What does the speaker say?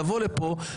לבוא לכאן,